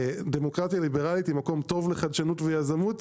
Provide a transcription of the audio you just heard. דמוקרטיה ליברלית היא מקום טוב לחדשנות ויזמות,